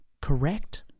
Correct